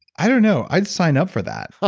i don't know, i'd sign up for that.